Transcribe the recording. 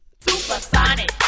Supersonic